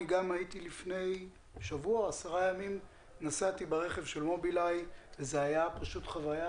לפני שבוע או עשרה ימים נסעתי ברכב של מובילאיי וזו הייתה חוויה,